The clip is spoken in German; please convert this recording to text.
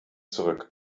zurück